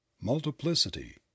Multiplicity